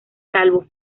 calvo